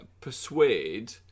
persuade